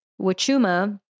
Wachuma